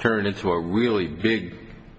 turn into a really big